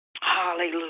Hallelujah